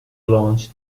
launched